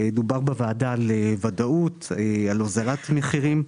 דובר בוועדה על ודאות, על הוזלת מחירים.